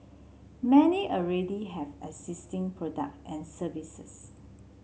many already have existing product and services